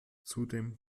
zudem